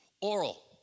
Oral